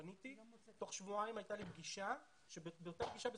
פניתי ותוך שבועיים הייתה לי פגישה ובאותה פגישה,